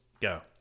Go